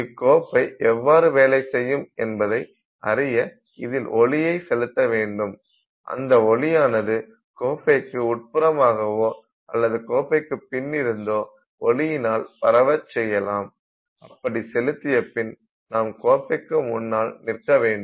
இக்கோப்பை எவ்வாறு வேலை செய்யும் என்பதை அறிய இதில் ஒளியை செலுத்த வேண்டும் அந்த ஒளியானது கோப்பைக்கு உட்புறமாகவாவோ அல்லது கோப்பைக்கு பின் இருந்தோ ஒளியினால் பரவச் செய்யலாம் அப்படி செலுத்தியப் பின் நாம் கோப்பைக்கு முன்னால் நிற்க வேண்டும்